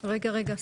רגע, רגע, רגע.